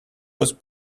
was